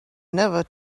never